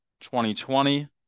2020